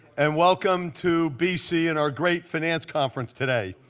and welcome to bc and our great finance conference today.